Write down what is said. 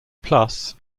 plus